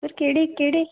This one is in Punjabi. ਸਰ ਕਿਹੜੇ ਕਿਹੜੇ